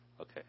Okay